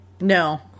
No